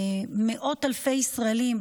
מאות אלפי ישראלים,